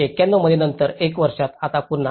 1991 मध्ये नंतर एका वर्षाच्या आत पुन्हा 6